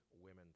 women